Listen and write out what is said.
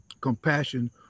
compassion